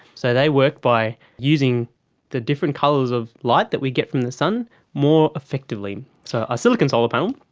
so they work by using the different colours of light that we get from the sun more effectively. so a silicon solar panel,